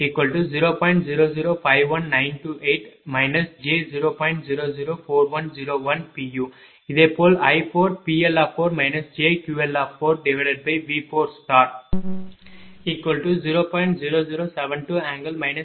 0051928 j0